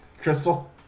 Crystal